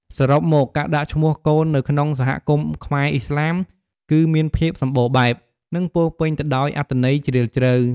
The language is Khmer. សរុបមក ការដាក់ឈ្មោះកូននៅក្នុងសហគមន៍ខ្មែរឥស្លាម គឺមានភាពសម្បូរបែប និងពោរពេញទៅដោយអត្ថន័យជ្រាលជ្រៅ។